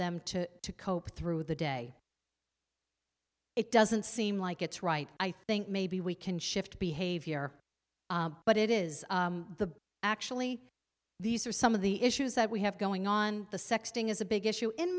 them to cope through the day it doesn't seem like it's right i think maybe we can shift behavior but it is the actually these are some of the issues that we have going on the sexting is a big issue in